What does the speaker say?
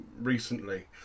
recently